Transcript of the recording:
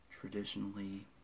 traditionally